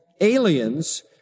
aliens